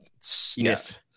sniff